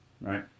right